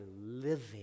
living